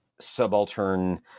subaltern